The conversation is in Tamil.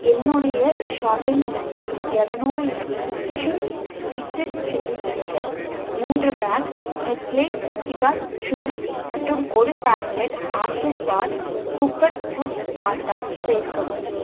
என்னுடைய ஷாப்பிங் லிஸ்டில் இரநூறு ML Ching's secret chilli vinegar மூன்று பேக் நெஸ்லே மில்கி பார் சூ மட்டும் ஒரு packet Aashirvaad super foods atta சேர்க்கவும்